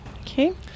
Okay